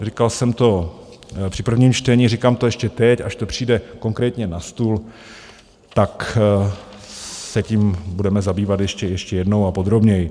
Říkal jsem to při prvním čtení, říkám to ještě teď, až to přijde konkrétně na stůl, tak se tím budeme zabývat ještě jednou a podrobněji.